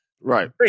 Right